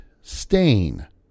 Stain